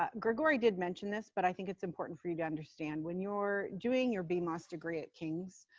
ah grigori did mention this but i think it's important for you to understand when you're doing your bmos degree at kings.